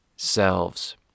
selves